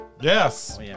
Yes